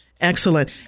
Excellent